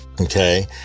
Okay